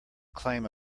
claim